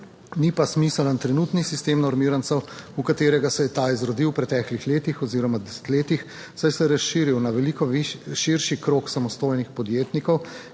Ni pa smiseln trenutni sistem normirancev, v katerega se je ta izrodil preteklih letih oziroma desetletjih, saj se je razširil na veliko širši krog samostojnih podjetnikov,